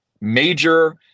major